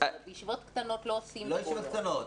בישיבות קטנות לא עושים --- לא ישיבות קטנות,